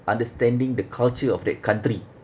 understanding the culture of that country